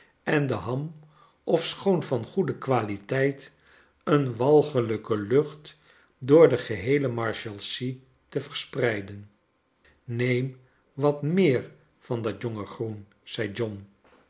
en de ham ofschoon van goede kwaliteit een walgelijke lucht door de geheele marshalsea te verspreiden neem wat meer van dat jonge groen zei john